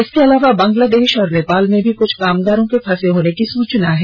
इसके अलावा बांग्लादेष और नेपाल में भी कुछ कामगारों के फंसे होने की सूचना है